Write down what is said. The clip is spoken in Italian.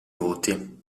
voti